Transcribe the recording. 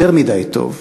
יותר מדי טוב.